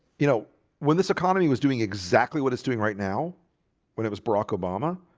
you know when this economy was doing exactly what it's doing right now when it was barack obama,